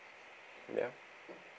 ya